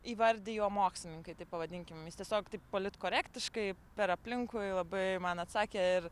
įvardijo mokslininkai taip pavadinkim jis tiesiog taip politkorektiškai per aplinkui labai man atsakė ir